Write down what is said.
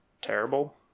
terrible